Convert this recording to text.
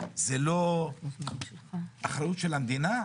זאת לא האחריות של המדינה?